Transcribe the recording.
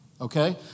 Okay